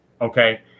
Okay